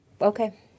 okay